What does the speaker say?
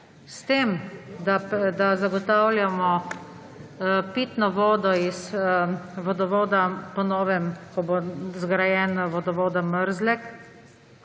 zagotavljamo pitno vodo iz vodovoda po novem, ko bo zgrajen vodovod Mrzlek,